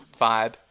vibe